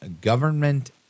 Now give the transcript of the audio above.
Government